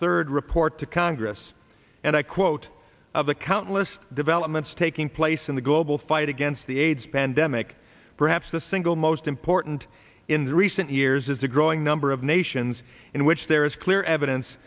third report to congress and i quote of the countless developments taking place in the global fight against the aids pandemic perhaps the single most important in the recent years is a growing number of nations in which there is clear evidence